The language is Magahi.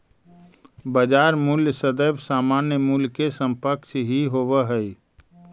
बाजार मूल्य सदैव सामान्य मूल्य के समकक्ष ही होवऽ हइ